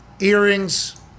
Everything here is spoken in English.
earrings